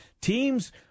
teams